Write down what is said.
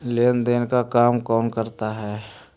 लेन देन का काम कौन करता है?